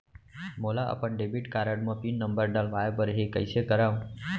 मोला अपन debit card म पिन नंबर डलवाय बर हे कइसे करव?